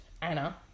Anna